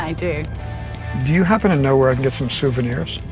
i do. do you happen to know where i can get some souvenirs?